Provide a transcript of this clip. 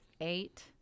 eight